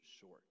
short